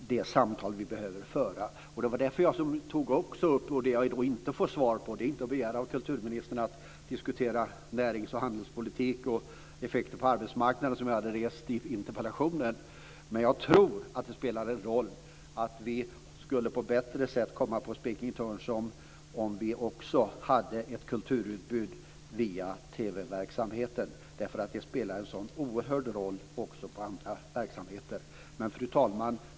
Det går inte att begära att kulturministern ska diskutera närings och handelspolitik och effekterna på arbetsmarknaden, men jag tror att det spelar en roll att vi skulle komma på speaking terms om det fanns ett kulturutbud även via TV-verksamheten. Det spelar en så oerhörd roll även för andra verksamheter. Fru talman!